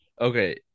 Okay